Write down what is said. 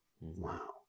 wow